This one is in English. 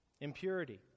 impurity